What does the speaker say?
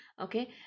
Okay